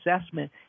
assessment